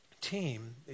team